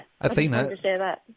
Athena